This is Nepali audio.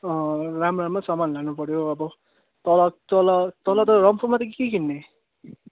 राम्रो राम्रो सामान लानु पऱ्यो अब तल तल तल त रम्फूमा त के किन्ने